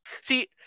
See